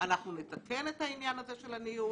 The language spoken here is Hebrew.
אנחנו נתקן את העניין הזה של הניהול.